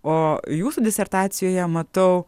o jūsų disertacijoje matau